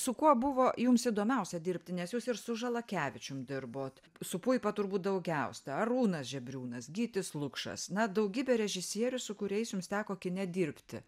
su kuo buvo jums įdomiausia dirbti nes jūs ir su žalakevičium dirbot su puipa turbūt daugiausia arūnas žebriūnas gytis lukšas na daugybė režisierių su kuriais jums teko kine dirbti